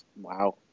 Wow